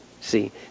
see